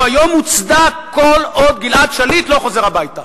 והוא היום מוצדק, כל עוד גלעד שליט לא חוזר הביתה,